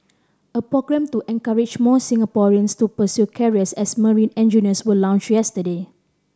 a programme to encourage more Singaporeans to pursue careers as marine engineers was launched yesterday